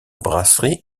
brasserie